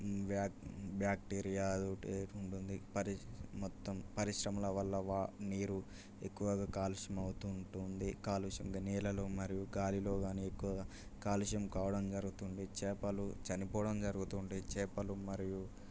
బ్యా బాక్టీరియా అది ఒకటి ఉంటుంది పరిస్ మొత్తం పరిశ్రమల వల్ల వా నీరు ఎక్కువగా కాలుష్యం అవుతూ ఉంటుంది కాలుష్యం ఇంక నీళ్ళల్లో మరియు గాలిలో కానీ ఎక్కువగా కాలుష్యం కావడం జరుగుతుంది చేపలు చనిపోవడం జరుగుతుంటాయి చేపలు మరియు